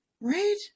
right